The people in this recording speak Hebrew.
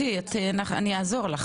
יעזור.